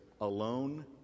alone